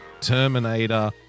Terminator